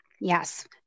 Yes